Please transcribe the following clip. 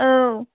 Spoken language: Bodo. औ